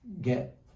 get